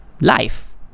life